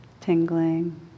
tingling